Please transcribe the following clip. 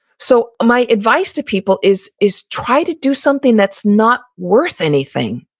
so my advice to people is is try to do something that's not worth anything,